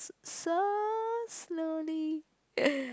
so slowly